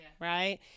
right